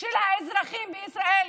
של האזרחים בישראל,